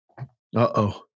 Uh-oh